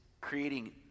creating